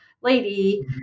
lady